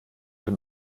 dem